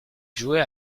jouait